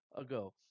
ago